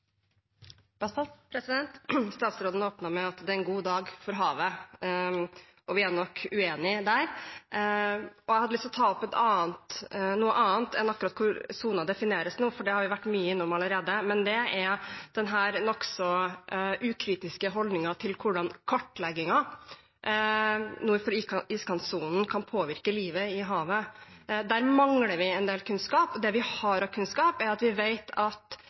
vert aktuelt. Statsråden åpnet med å si at dette er en god dag for havet. Vi er nok uenige om det. Jeg har lyst å ta opp noe annet enn akkurat definisjonen av hvor iskantsonen går nå, for det har vi vært mye innom allerede, og det er hvordan den nokså ukritiske holdningen til hvordan kartleggingen nord for iskantsonen kan påvirke livet i havet. Der mangler vi en del kunnskap, og det vi har av kunnskap, gjør at vi vet at